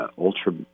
ultra